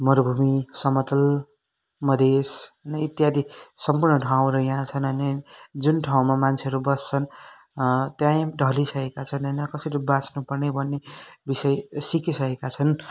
मरुभूमि समतल मधेश नै इत्यादि सम्पूर्ण ठाउँहरू यहाँ छन् अनि जुन ठाउँमा मान्छेहरू बस्छन् त्यही ढलिसकेका छन् होइन कसरी बाँच्नु पर्ने भन्ने विषय सिकिसकेका छन्